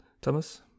thomas